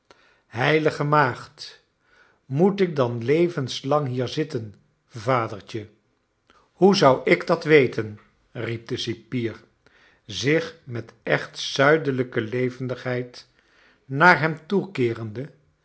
heilige maagdl moet ik dan levenslang hier zitten vadertje hoe zou ik dat weten riep de cipier zich met echt zuidelijke levendigheid naar hem toekeerende